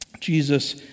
Jesus